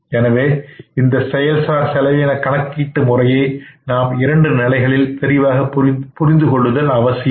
எனவே இந்த செயல் சார் செலவின கணக்கு முறையை நாம் இரண்டு நிலைகளில் தெளிவாக புரிந்து கொள்ளுதல் அவசியம்